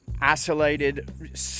isolated